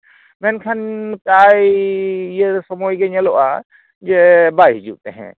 ᱢᱮᱱᱷᱟᱱ ᱯᱨᱟᱭ ᱤᱭᱟᱹ ᱥᱚᱢᱚᱭ ᱜᱮ ᱧᱮᱞᱚᱜᱼᱟ ᱡᱮ ᱵᱟᱭ ᱦᱤᱡᱩᱜ ᱛᱟᱦᱮᱸᱫ